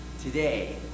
today